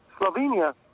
Slovenia